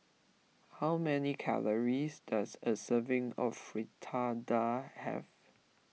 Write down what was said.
how many calories does a serving of Fritada have